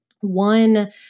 one